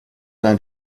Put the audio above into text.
dein